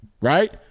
right